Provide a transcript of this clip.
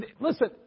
Listen